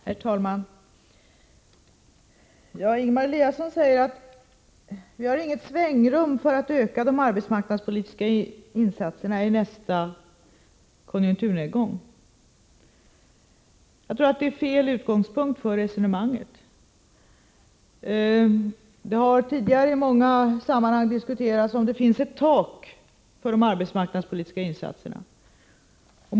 Herr talman! Ingemar Eliasson säger att vi inte har något svängrum för att öka de arbetsmarknadspolitiska insatserna i nästa konjunkturnedgång. Jag tror att det är en felaktig utgångspunkt för resonemanget. Det har tidigare i många sammanhang diskuterats om det finns ett tak för de arbetsmarknadspolitiska insatserna.